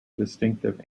distinctive